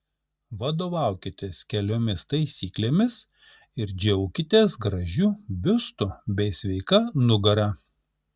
vadovaukitės keliomis taisyklėmis ir džiaukitės gražiu biustu bei sveika nugara